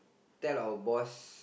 tell our boss